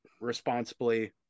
responsibly